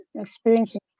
experiencing